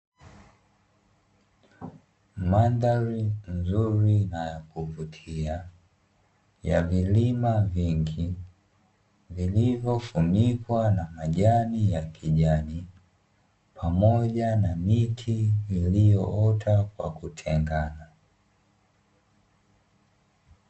Mandhari nzuri na ya kuvutia ya vilima vingi vilivyofunikwa na majani ya kijani, pamoja na miti iliyoota kwa kutengana.